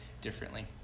differently